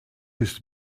ist